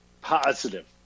positive